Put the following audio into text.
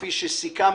כפי שסיכמנו,